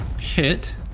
Hit